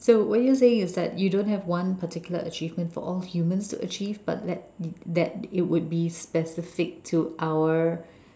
so what you are saying is that you don't have one particular achievement for all humans to achieve but that that it will be specific to our